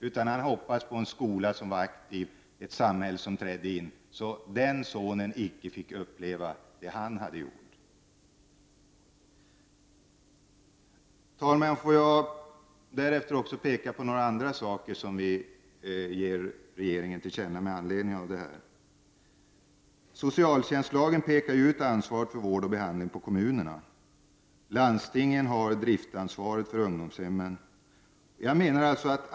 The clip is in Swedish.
Han hoppas därför på en aktiv skola och på en samhälle som griper in, så att hans son inte skall få uppleva samma saker som han själv varit med om. Herr talman! Jag vill också peka på några andra saker som vi vill ge regeringen till känna i detta sammanhang. Socialtjänstlagen pekar ju ut kommunerna som ansvariga för vård och behandling. Landstingen har driftansvaret för ungdomshemmen.